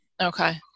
okay